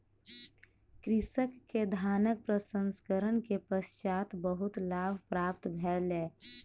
कृषक के धानक प्रसंस्करण के पश्चात बहुत लाभ प्राप्त भेलै